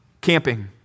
Camping